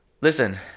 listen